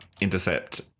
intercept